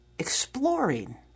exploring